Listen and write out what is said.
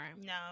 No